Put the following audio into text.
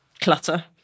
clutter